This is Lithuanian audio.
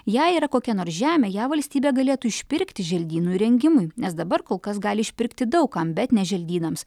jei yra kokia nors žemė ją valstybė galėtų išpirkti želdynų įrengimui nes dabar kol kas gali išpirkti daug kam bet ne želdynams